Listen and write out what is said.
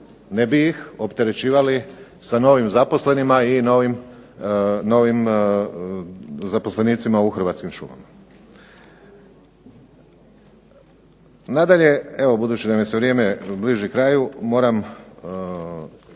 ne bi ih opterećivali sa novim zaposlenima i novim zaposlenicima u Hrvatskim šumama. Nadalje, evo budući da mi se vrijeme bliži kraju, moram